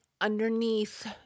underneath